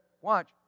watch